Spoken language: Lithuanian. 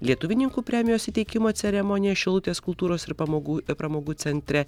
lietuvininkų premijos įteikimo ceremonija šilutės kultūros ir pamogų pramogų centre